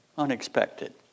unexpected